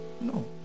No